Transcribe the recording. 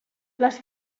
les